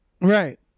Right